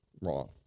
wrong